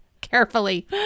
carefully